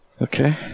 Okay